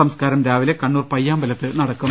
സംസ്കാരം രാവിലെ കണ്ണൂർ പയ്യാമ്പലത്ത് നടക്കും